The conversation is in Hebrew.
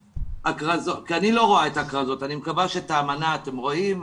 אני מקווה שאת האמנה אתם רואים,